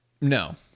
No